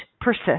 persist